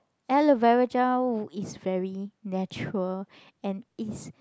aloe vera gel is very natural and is